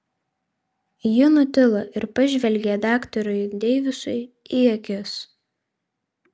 ji nutilo ir pažvelgė daktarui deivisui į akis